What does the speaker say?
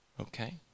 Okay